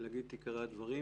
אגיד את עיקרי הדברים.